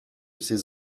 ces